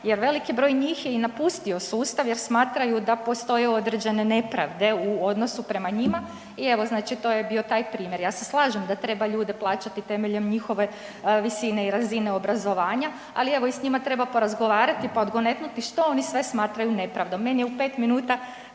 jer veliki broj njih je i napustio sustav jer smatraju da postoje određene nepravde u odnosu prema njima i evo znači to je bio taj primjer. Ja se slažem da treba ljude plaćati temeljem njihove visine i razine obrazovanja, ali evo i s njima treba porazgovarati, pa odgonetnuti što oni sve smatraju nepravdom. Meni je u 5 minuta